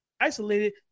isolated